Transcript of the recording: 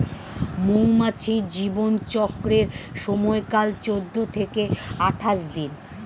মৌমাছির জীবন চক্রের সময়কাল চৌদ্দ থেকে আঠাশ দিন